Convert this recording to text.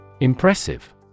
Impressive